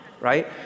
right